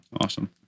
Awesome